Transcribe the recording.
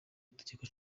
itegeko